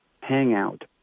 hangout